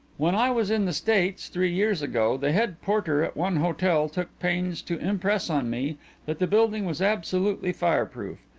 when i was in the states, three years ago, the head porter at one hotel took pains to impress on me that the building was absolutely fireproof.